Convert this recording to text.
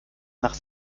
nach